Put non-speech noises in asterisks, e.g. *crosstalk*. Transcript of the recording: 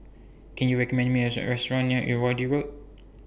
Can YOU recommend Me *unintelligible* A Restaurant near Irrawaddy Road